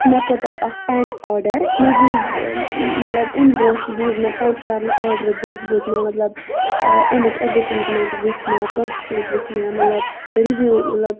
مےٚ کوٚر تَتہِ اَکھ پٮ۪نٛٹ آڈَر مےٚ بوٗز مطلب امہِ بروںٛہہ بوٗز مےٚ پٮ۪نٛٹ کرنہٕ آڈَر بروںٛہہ بوٗز مےٚ مطلب اَمیِکۍ اٮ۪ڈؤٹیٖزمٮ۪نٛٹ وٕچھ مےٚ پوسٹٕز وٕچھۍ مےٚ مطلب رِوِو مطلب